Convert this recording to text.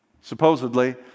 supposedly